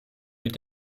mit